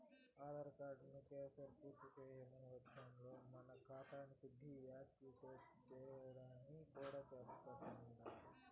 ఆదార్ కార్డుతో కేవైసీని పూర్తిసేయని వచ్చంలో మన కాతాని డీ యాక్టివేటు సేస్తరని కూడా చెబుతండారు